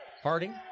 Harding